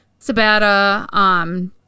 Sabata